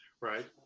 right